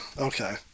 Okay